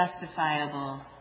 justifiable